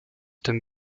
dem